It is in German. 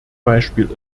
beispiel